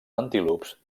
antílops